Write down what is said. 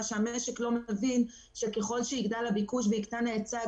המשק לא מבין שככל שיגדל הביקוש ויקטן ההיצע,